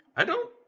i don't